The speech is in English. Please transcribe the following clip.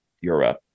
Europe